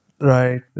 Right